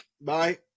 bye